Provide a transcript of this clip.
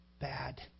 bad